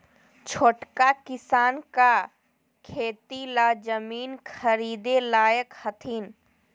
छोटका किसान का खेती ला जमीन ख़रीदे लायक हथीन?